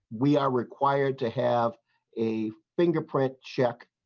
we are required to have a fingerprint check.